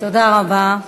תודה רבה.